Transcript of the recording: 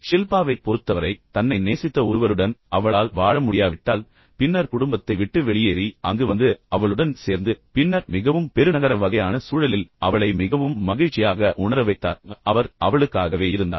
ஷில்பாவைப் பொறுத்தவரை தன்னை நேசித்த ஒருவருடன் அவளால் வாழ முடியாவிட்டால் பின்னர் குடும்பத்தை விட்டு வெளியேறி அங்கு வந்து அவளுடன் சேர்ந்து பின்னர் மிகவும் பெருநகர வகையான சூழலில் அவளை மிகவும் மகிழ்ச்சியாக உணர வைத்தார் அவர் அவளுக்காகவே இருந்தார்